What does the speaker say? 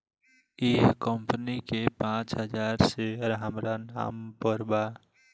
एह कंपनी के पांच हजार शेयर हामरा नाम पर बा